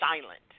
silent